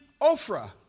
Ophrah